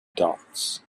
dots